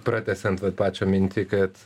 pratęsiant vat pačią mintį kad